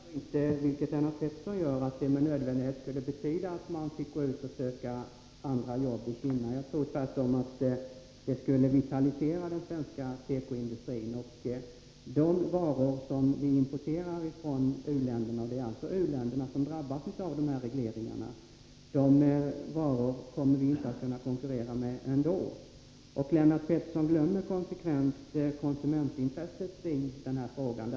Herr talman! Jag tror inte, vilket Lennart Pettersson gör, att detta med nödvändighet skulle betyda att man i Kinna fick gå ut och söka andra jobb. Jag tror tvärtom att det skulle vitalisera den svenska tekoindustrin. De varor som vi importerar från u-länderna — och det är alltså u-länderna som drabbas av de här regleringarna — kommer man ändå inte att kunna konkurrera med. Lennart Pettersson glömmer genomgående konsumentintresset i den här frågan.